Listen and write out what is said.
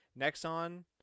Nexon